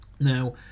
Now